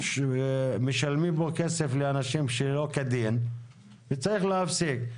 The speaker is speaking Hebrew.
משלמים פה כסף לאנשים שלא כדין וצריך להפסיק.